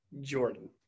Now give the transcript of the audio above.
Jordan